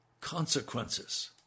consequences